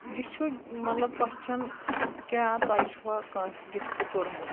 یہِ چھُ مطلب کۄسچیٚن کیٛاہ تۄہہِ چھُوا کٲنٛسہِ گفٹہٕ کوٚرمُت